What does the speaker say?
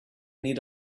need